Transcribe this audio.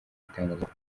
itangazamakuru